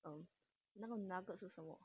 um 那个 nugget 是什么